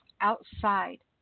outside